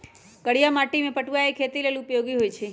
करिया माटि में पटूआ के खेती लेल उपयोगी होइ छइ